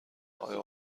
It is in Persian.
آیا